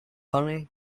honey